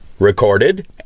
Recorded